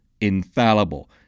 infallible